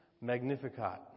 Magnificat